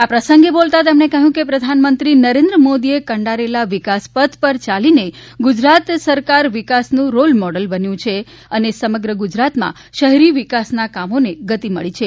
આ પ્રસંગે બોલતા તેમણે કહ્યું કે પ્રધાનમંત્રી નરેન્દ્ર મોદીએ કંડારેલા વિકાસ પથ ઉપર ચાલીને ગુજરાત સરકાર વિકાસનું રોલમોડલ બની છે અને સમગ્ર ગુજરાતમાં શહેરી વિકાસના કામોને ગતિ મળી છે